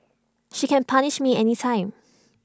she can punish me anytime